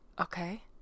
okay